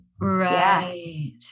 Right